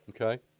Okay